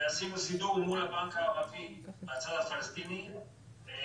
ועשינו סידור אל מול הבנק הערבי מהצד הפלסטיני במפעל,